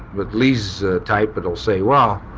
but lee's the type but that'll say, well,